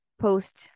post